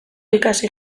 ikasi